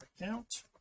account